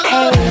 Hey